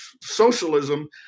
socialism